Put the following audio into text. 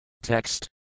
Text